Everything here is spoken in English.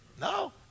No